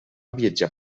viatjar